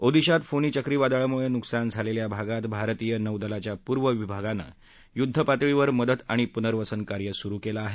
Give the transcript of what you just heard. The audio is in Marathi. ओदिशात फोनी चक्रीवादळाम्ळे न्कसान झालेल्या भागात भारतीय नौदलाच्या पूर्व विभागानं युद्ध पातळीवर मदत आणि प्नर्वसन कार्य सुरु केलं आहे